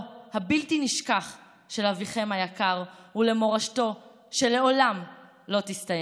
הבלתי-נשכח של אביכם היקר ולמורשתו שלעולם לא תסתיים.